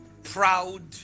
proud